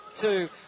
two